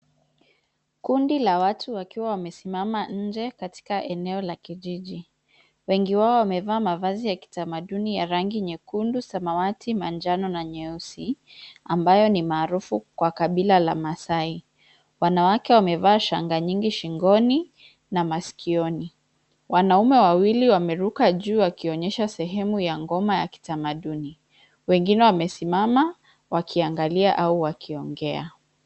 Kundi la watu wakiwa wamesimama nje katika eneo la kijiji, wengi wao wamevaa mavazi ya kitamaduni ya rangi nyekundu, samawati, manjano na nyeusi, ambayo ni maarufu kwa kabila la Maasai, wanawake wamevaa shanga nyingi shingoni, na masikioni, wanaume wawili wameruka juu wakionyesha sehemu ya ngoma ya kitamaduni, wengine wamesimama, wakiangalia au wakiongea.